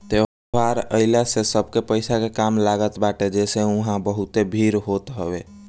त्यौहार आइला से सबके पईसा के काम लागत बाटे जेसे उहा बहुते भीड़ होत हवे